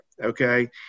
Okay